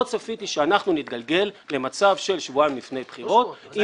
לא צפיתי שאנחנו נתגלגל למצב של שבועיים לפני בחירות.